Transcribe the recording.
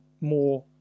more